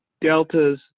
Delta's